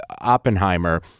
Oppenheimer